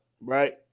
right